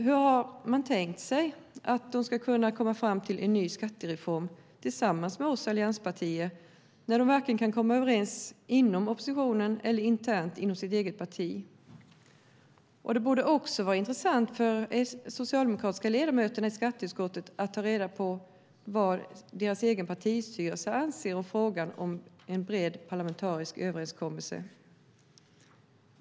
Hur har de tänkt att de ska kunna komma fram till en ny skattereform tillsammans med oss allianspartier när de varken kan komma överens inom oppositionen eller internt inom sitt eget parti? Det borde också vara intressant för de socialdemokratiska ledamöterna i skatteutskottet att ta reda på vad deras egen partistyrelse anser i frågan om en bred parlamentarisk överenskommelse.